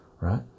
right